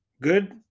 Good